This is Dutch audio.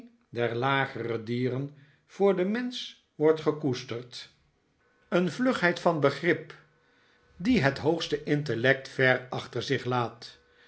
der lagere dieren voor den mensch wordt gekoesterd een pw een brief van mevrouw micawber vlugheid van begrip die het hoogste intellect ver achter zich laat